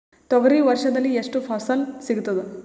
ತೊಗರಿ ವರ್ಷದಲ್ಲಿ ಎಷ್ಟು ಫಸಲ ಸಿಗತದ?